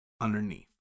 underneath